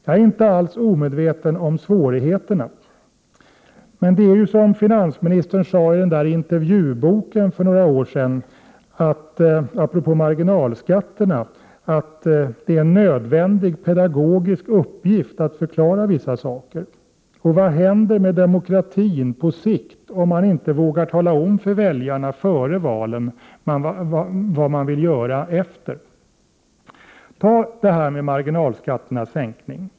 Jag är inte alls omedveten om svårigheterna, men det är ju så som finansministern sade i intervjuboken häromåret apropå marginalskatterna: Det är en nödvändig pedagogisk uppgift att förklara vissa saker. Och vad händer med demokratin på sikt om man inte vågar tala om för väljarna före valen vad man vill göra efter dem? Ta frågan om marginalskatternas sänkning!